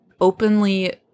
openly